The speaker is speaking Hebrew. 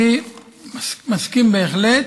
אני מסכים בהחלט.